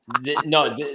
No